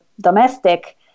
domestic